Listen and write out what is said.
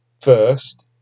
First